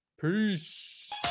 peace